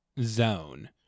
zone